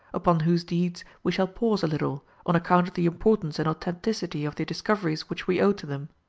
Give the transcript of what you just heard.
upon whose deeds we shall pause a little, on account of the importance and authenticity of the discoveries which we owe to them.